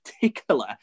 particular